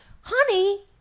Honey